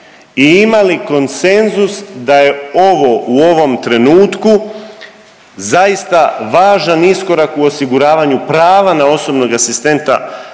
i imali konsenzus da je ovo u ovom trenutku zaista važan iskorak u osiguravanja prava na osobnog asistenta